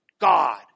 God